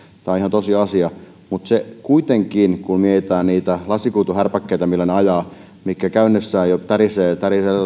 tosiasia mutta kuitenkin kun mietitään niitä lasikuituhärpäkkeitä millä he ajavat mitkä käydessään jo tärisevät niin että melkein pölykapselit irtoavat